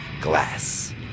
glass